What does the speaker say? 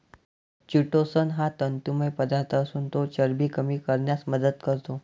chitosan हा तंतुमय पदार्थ असून तो चरबी कमी करण्यास मदत करतो